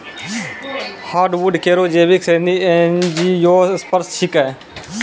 hardwood केरो जैविक श्रेणी एंजियोस्पर्म छिकै